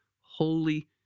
holy